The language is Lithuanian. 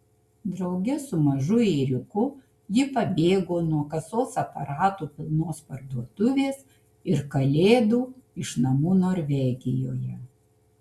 drauge su mažu ėriuku ji pabėgo nuo kasos aparatų pilnos parduotuvės ir kalėdų iš namų norvegijoje